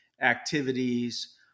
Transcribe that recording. activities